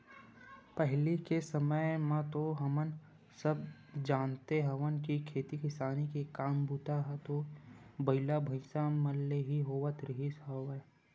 पहिली के समे म तो हमन सब जानते हवन के खेती किसानी के काम बूता ह तो बइला, भइसा मन ले ही होवत रिहिस हवय